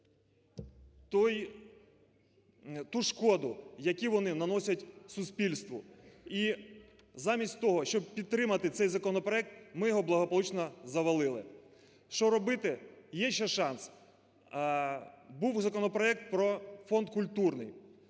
ту шкоду, яку вони наносять суспільству. І замість того, щоб підтримати цей законопроект, ми його благополучно завалили. Що робити? Є ще шанс. Був законопроект про фонд культурний.